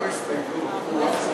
איבדנו הסתייגות,